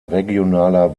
regionaler